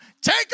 Take